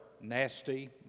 nasty